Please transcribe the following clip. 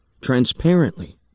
transparently